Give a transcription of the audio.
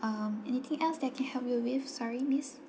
um anything else that I can help you with sorry miss